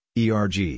erg